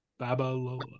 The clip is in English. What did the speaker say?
Babalola